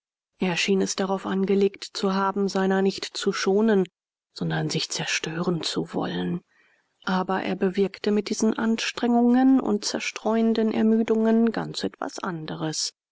schien es darauf angelegt zu haben seiner nicht zu schonen sondern sich zerstören zu wollen aber er bewirkte mit diesen anstrengungen und zerstreuenden ermüdungen ganz etwas anderes